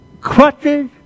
crutches